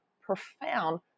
profound